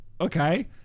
okay